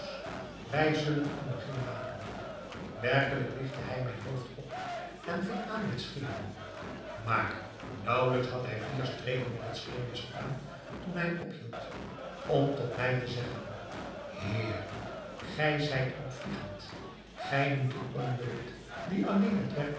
wij zullen een begin maken werkelijk ligtte hij mijn hoofd op en ving aan met scheren maar naauwelijks had hij vier streken met het scheermes gedaan toen hij ophield om tot mij te zeggen heer gij zijt opvliegend gij moet die ondeugd die alleen het werk